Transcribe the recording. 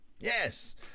yes